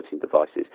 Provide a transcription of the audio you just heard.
devices